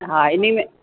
हा हिन में